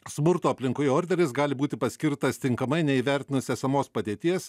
smurto aplinkoje orderis gali būti paskirtas tinkamai neįvertinus esamos padėties